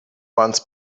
months